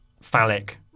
phallic